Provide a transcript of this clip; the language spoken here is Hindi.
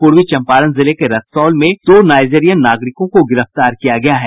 पूर्वी चंपारण जिले के रक्सौल से दो नाइजेरियन नागरिकों को गिरफ्तार किया गया है